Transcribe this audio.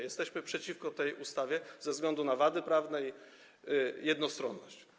Jesteśmy przeciwko tej ustawie ze względu na jej wady prawne i jednostronność.